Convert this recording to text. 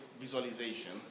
visualization